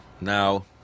now